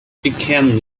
became